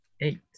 eight